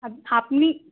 আপনি